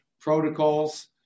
protocols